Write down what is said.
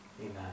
Amen